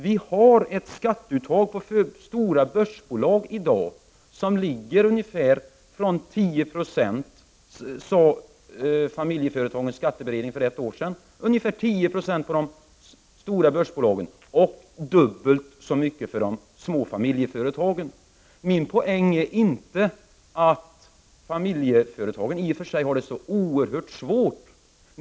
Vi har ett skatteuttag på stora börsbolag i dag som, enligt Familjeföretagens skatteberedning för ett år sedan, ligger på ungefär 10 96 på de stora börsbolagen och dubbelt så mycket för de små familjeföretagen. Min poäng är inte att familjeföretagen i och för sig har det oerhört svårt.